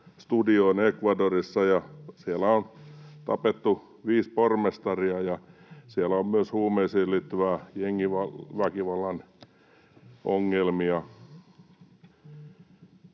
studioon Ecuadorissa. Siellä on tapettu viisi pormestaria, ja siellä on myös huumeisiin liittyviä jengiväkivallan ongelmia.